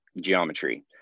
geometry